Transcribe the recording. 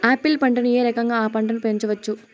Apple పంటను ఏ రకంగా అ పంట ను పెంచవచ్చు?